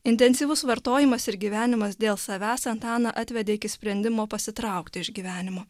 intensyvus vartojimas ir gyvenimas dėl savęs antaną atvedė iki sprendimo pasitraukti iš gyvenimo